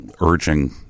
urging